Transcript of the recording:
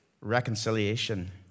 reconciliation